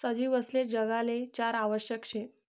सजीवसले जगाले चारा आवश्यक शे